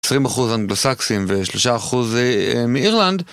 20% אנגלוסקסים ו-3% מאירלנד.